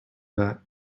that